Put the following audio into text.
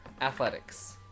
Athletics